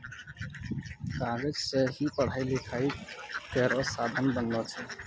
कागज सें ही पढ़ाई लिखाई केरो साधन बनलो छै